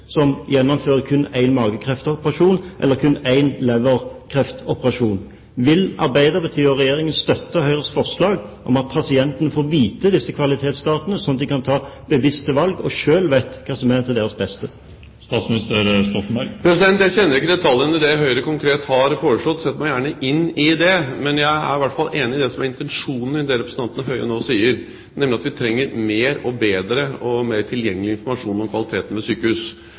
som gjennomfører kun én magekreftoperasjon eller kun én leverkreftoperasjon. Vil Arbeiderpartiet og Regjeringen støtte Høyres forslag om at pasienten får vite disse kvalitetstallene, slik at de kan ta bevisste valg og selv få vite hva som er til deres beste? Jeg kjenner ikke detaljene i det Høyre konkret har foreslått – jeg setter meg gjerne inn i det – men jeg er i hvert fall enig i det som er intensjonen i det representanten Høie nå sier, nemlig at vi trenger mer, bedre og mer tilgjengelig informasjon om kvaliteten ved sykehus.